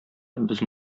без